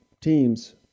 teams